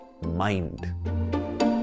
mind